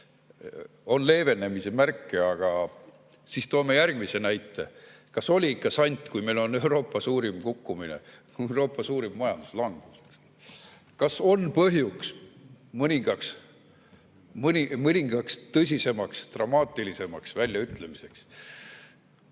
On leevenemise märke, aga toome järgmise näite. Kas oli ikka sant, kui meil on Euroopa suurim kukkumine, Euroopa suurim majanduslangus? Kas on põhjust mõningaks tõsisemaks, dramaatilisemaks väljaütlemiseks? On